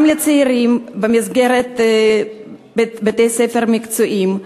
גם לצעירים במסגרת בתי-ספר מקצועיים,